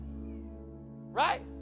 right